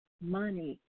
money